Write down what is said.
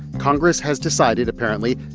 congress has decided, apparently,